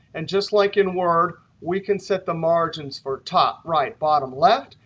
and just like in word, we can set the margins for top, right, bottom, left.